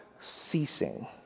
ceasing